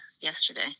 yesterday